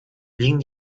liegen